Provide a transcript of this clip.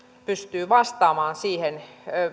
pystyy vastaamaan siihen